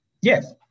Yes